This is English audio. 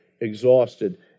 exhausted